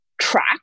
track